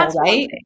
right